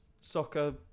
soccer